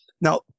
Now